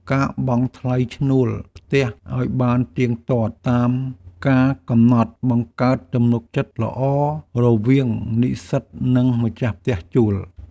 ការបង់ថ្លៃឈ្នួលផ្ទះឱ្យបានទៀងទាត់តាមកាលកំណត់បង្កើតទំនុកចិត្តល្អរវាងនិស្សិតនិងម្ចាស់ផ្ទះជួល។